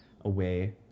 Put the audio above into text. away